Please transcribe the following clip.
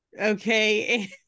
Okay